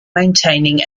maintaining